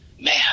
man